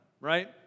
Right